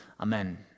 amen